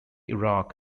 iraq